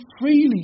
freely